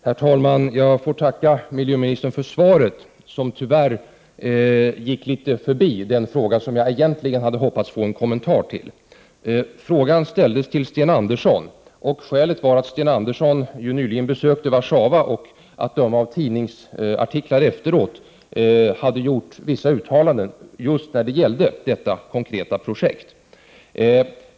Herr talman! Jag får tacka miljöministern för svaret, som tyvärr gick litet förbi den fråga som jag egentligen hade hoppats få en kommentar till. Frågan ställdes till Sten Andersson, och skälet var att Sten Andersson nyligen besökte Warszawa och, att döma av tidningsartiklar efteråt, gjorde vissa uttalanden om just detta konkreta projekt.